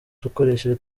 dukoresheje